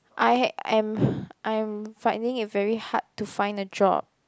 I had I am I am finding it very hard to find a job